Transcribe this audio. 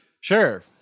Sure